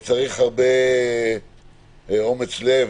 צריך הרבה אומץ לב,